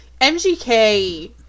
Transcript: MGK